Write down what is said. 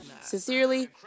Sincerely